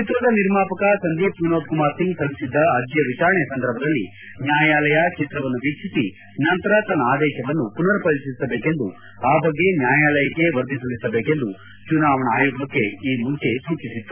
ಚಿತ್ರದ ನಿರ್ಮಾಪಕ ಸಂದೀಪ್ ವಿನೋದ್ ಕುಮಾರ್ ಸಿಂಗ್ ಸಲ್ಲಿಸಿದ್ದ ಅರ್ಜಿಯ ವಿಚಾರಣೆ ಸಂದರ್ಭದಲ್ಲಿ ನ್ಕಾಯಾಲಯ ಚಿತ್ರವನ್ನು ವೀಕ್ಷಿಸಿ ನಂತರ ತನ್ನ ಆದೇಶವನ್ನು ಪುನರ್ ಪರಿಶೀಲಿಸಬೇಕೆಂದು ಆ ಬಗ್ಗೆ ನ್ಕಾಯಾಲಯಕ್ಕೆ ವರದಿ ಸಲ್ಲಿಸಬೇಕೆಂದು ಚುನಾವಣಾ ಆಯೋಗಕ್ಕೆ ಈ ಮುಂಚೆ ಸೂಚಿಸಿತ್ತು